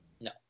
No